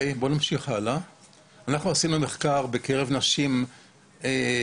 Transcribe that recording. אנחנו עשינו מחקר בקרב נשים בישראל,